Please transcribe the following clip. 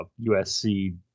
USC